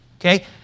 Okay